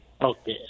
Okay